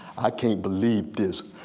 i can't believe this.